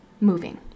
moving